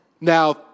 Now